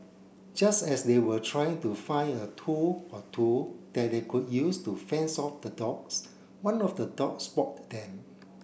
just as they were trying to find a tool or two that they could use to fence off the dogs one of the dogs spot them